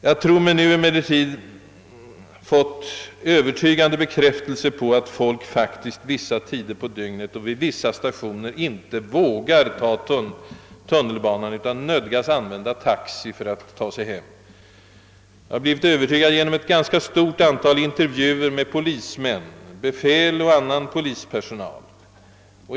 Jag tror mig emellertid nu ha fått övertygande bekräftelse på att folk under vissa tider av dygnet och vid vissa stationer verkligen inte vågar ta tunnelbanan utan nödgas använda taxi för att ta sig hem. Jag har blivit övertygad härom genom ett ganska stort antal intervjuer med polismän — befäl och annan polispersonal.